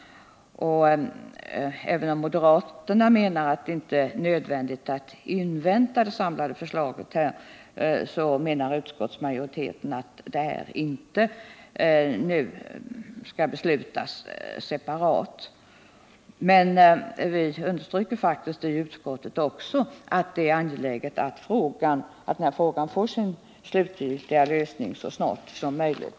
Även om moderaterna menar att det inte är nödvändigt att invänta det samlade förslaget, anser utskottsmajoriteten att beslut om detta inte skall fattas separat. Men vi i utskottsmajoriteten understryker faktiskt också att det är angeläget att den här frågan får sin slutgiltiga lösning så snart som möjligt.